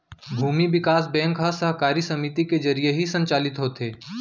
भूमि बिकास बेंक ह सहकारी समिति के जरिये ही संचालित होथे